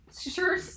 Sure